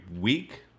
week